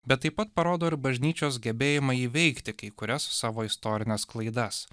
bet taip pat parodo ir bažnyčios gebėjimą įveikti kai kurias savo istorines klaidas